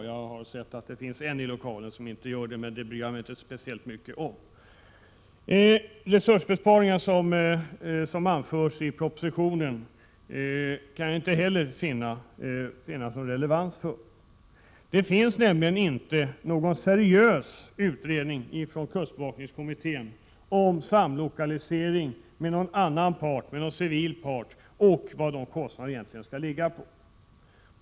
Jag anser att det som sägs i propositionen om resursbesparingar inte är relevant. Det finns nämligen inte någon seriös utredning från kustbevakningskommittén om samlokalisering med någon annan part än marinen — med någon civil part — och vad kostnaderna egentligen bör ligga på.